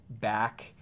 back